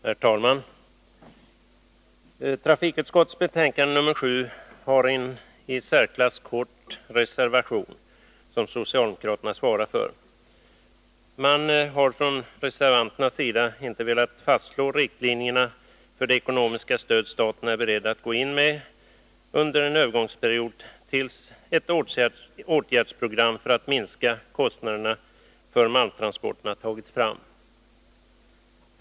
Herr talman! Till trafikutskottets betänkande nr 7 har fogats en i särklass kort reservation, som socialdemokraterna svarar för. Man har från reservanternas sida inte velat fastslå riktlinjerna för det ekonomiska stöd som staten är beredd att gå in med under en övergångsperiod tills ett åtgärdsprogram för att minska kostnaderna för malmtransporterna har tagits fram.